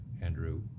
Andrew